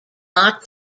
not